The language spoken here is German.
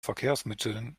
verkehrsmitteln